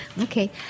Okay